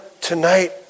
tonight